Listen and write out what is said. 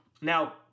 Now